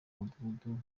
mudugudu